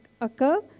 occur